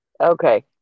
Okay